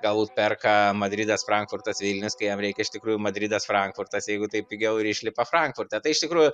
galbūt perka madridas frankfurtas vilnius kai jam reikia iš tikrųjų madridas frankfurtas jeigu taip pigiau ir išlipa frankfurte tai iš tikrųjų